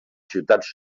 ciutats